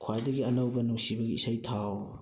ꯈ꯭ꯋꯥꯏꯗꯒꯤ ꯑꯅꯧꯕ ꯅꯨꯡꯁꯤꯕꯒꯤ ꯏꯁꯩ ꯊꯥꯎ